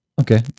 Okay